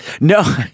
No